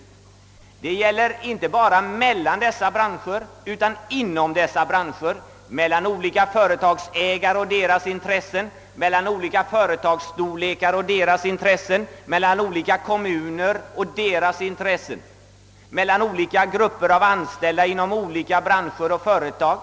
Pengarna måste fördelas inte bara mellan dessa branscher utan också inom dessa branscher, mellan olika företagsägare, mellan olika företagsstorlekar, mellan olika kommuner, mellan olika grupper av anställda inom olika branscher och företag.